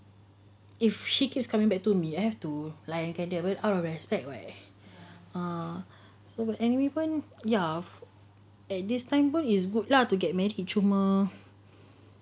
if she keeps coming back to me I have to like whatever out of respect what ah sebab ini pun ya at this time pun is good lah to get married cuma